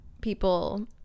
people